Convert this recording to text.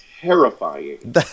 Terrifying